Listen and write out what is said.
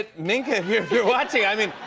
ah minka, if you're watching, i mean,